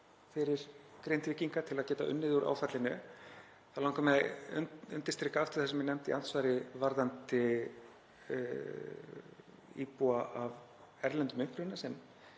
fyrir Grindvíkinga til að geta unnið úr áfallinu. Þá langar mig að undirstrika aftur það sem ég nefndi í andsvari varðandi íbúa af erlendum uppruna sem